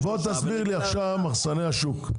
בוא תסביר לי, מחסני השוק.